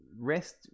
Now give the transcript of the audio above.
rest